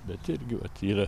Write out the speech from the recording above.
bet irgi vat yra